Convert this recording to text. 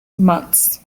months